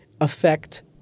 affect